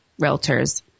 realtors